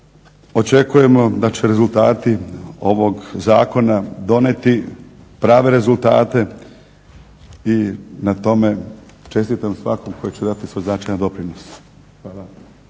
Očekujemo da će rezultati ovog zakona donijeti prave rezultate i na tome čestitam svakom tko će dati svoj značajan doprinos.